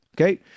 Okay